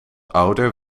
ouder